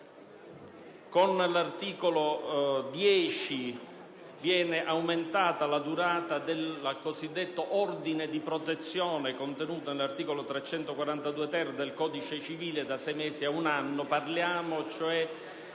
Con l'articolo 10 viene aumentata la durata del cosiddetto ordine di protezione, contenuto nell'articolo 342-*ter* del codice civile, da sei mesi a un anno.